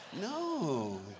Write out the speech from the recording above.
no